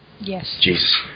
Yes